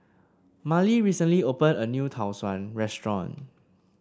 Marley recently opened a new Tau Suan restaurant